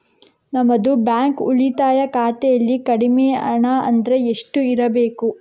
ನಮ್ಮದು ಬ್ಯಾಂಕ್ ಉಳಿತಾಯ ಖಾತೆಯಲ್ಲಿ ಕಡಿಮೆ ಹಣ ಅಂದ್ರೆ ಎಷ್ಟು ಇರಬೇಕು?